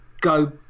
go